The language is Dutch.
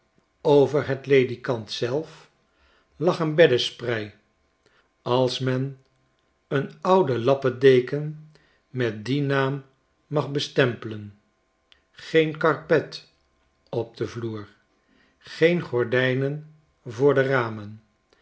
over het ledikant zelf lag een beddesprei als men een oude lappedeken met dien naam mag bestempelen geen karpet op den vloer geen gordijnen voor de ramen